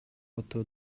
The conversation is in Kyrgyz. өтө